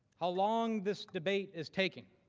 how long this debate is taking.